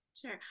Sure